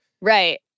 Right